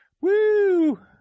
Woo